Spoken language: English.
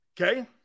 Okay